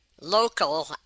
local